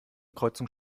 kreuzung